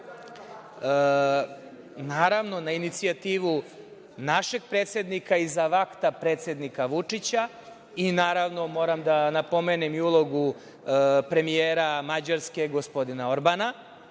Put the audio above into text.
naravno, na inicijativu našeg predsednika i za vakta predsednika Vučića, i naravno, moram da napomenem i ulogu premijera Mađarske, gospodina Orbana